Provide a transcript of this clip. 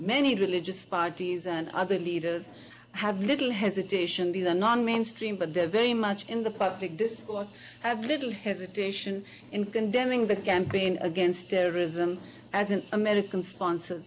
many religious parties and other leaders have little hesitation the the non mainstream but they are very much in the public discourse has little hesitation in condemning the campaign against terrorism as an american sponsor